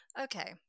okay